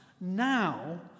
now